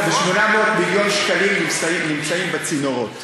ו-800 מיליון שקלים נמצאים בצינורות.